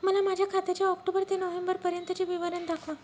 मला माझ्या खात्याचे ऑक्टोबर ते नोव्हेंबर पर्यंतचे विवरण दाखवा